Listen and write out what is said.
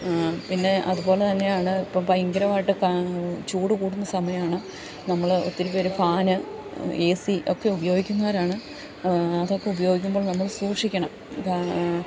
പിന്നെ അതുപോലെ തന്നെയാണ് ഇപ്പം ഭയങ്കരമായിട്ട് ചൂട് കൂടുന്ന സമയമാണ് നമ്മൾ ഒത്തിരി പേർ ഫാന് ഏ സി ഒക്കെ ഉപയോഗിക്കുന്നവരാണ് അതൊക്കെ ഉപയോഗിക്കുമ്പോൾ നമ്മൾ സൂക്ഷിക്കണം